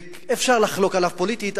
ואפשר לחלוק עליו פוליטית,